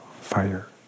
fire